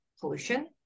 pollution